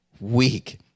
week